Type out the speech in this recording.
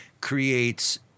creates